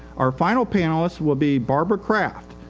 our final panelist will be barbara kraft.